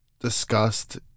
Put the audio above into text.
Discussed